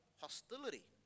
hostility